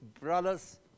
brothers